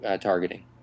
targeting